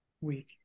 week